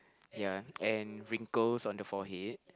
ya and wrinkles on the forehead